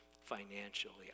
financially